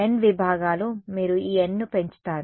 N విభాగాలు మీరు ఈ N ను పెంచుతారు